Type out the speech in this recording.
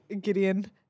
Gideon